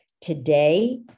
Today